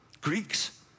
Greeks